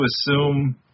assume